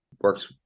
works